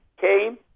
came